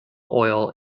oil